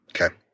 Okay